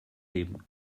him